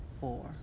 four